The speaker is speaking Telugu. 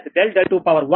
86 01